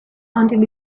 until